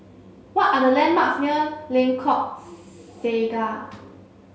what are the landmarks near Lengkok Saga